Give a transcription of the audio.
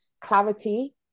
clarity